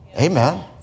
Amen